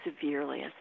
severely